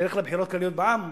ותלך לבחירות כלליות בעם?